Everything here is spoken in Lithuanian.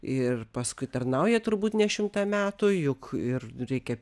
ir paskui tarnauja turbūt ne šimtą metų juk ir reikia